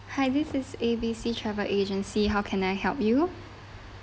hi this is A_B_C travel agency how can I help you